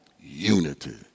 unity